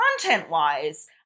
content-wise